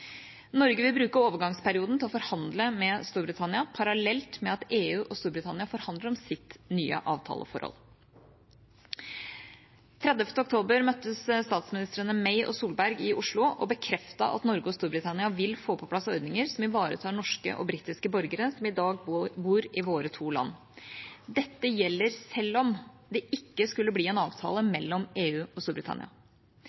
Norge vil bruke overgangsperioden til å forhandle med Storbritannia parallelt med at EU og Storbritannia forhandler om sitt nye avtaleforhold. Den 30. oktober møttes statsministrene May og Solberg i Oslo og bekreftet at Norge og Storbritannia vil få på plass ordninger som ivaretar norske og britiske borgere som i dag bor i våre to land. Dette gjelder selv om det ikke skulle bli en avtale